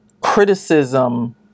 criticism